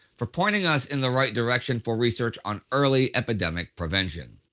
for pointing us in the right direction for research on early epidemic prevention.